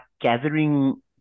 gathering